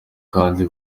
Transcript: abandi